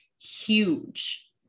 huge